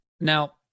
now